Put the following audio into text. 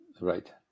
Right